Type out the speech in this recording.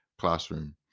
classroom